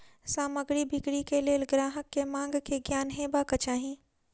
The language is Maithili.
सामग्री बिक्री के लेल ग्राहक के मांग के ज्ञान हेबाक चाही